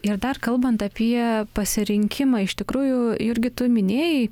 ir dar kalbant apie pasirinkimą iš tikrųjų jurgi tu minėjai